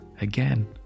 again